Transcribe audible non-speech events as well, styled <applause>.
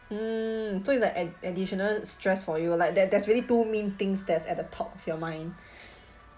mm so it's like add additional stress for you like that that's really two main things that's at the top of your mind <breath>